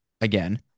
again